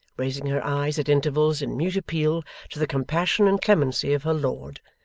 raising her eyes at intervals in mute appeal to the compassion and clemency of her lord,